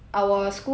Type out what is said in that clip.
for those that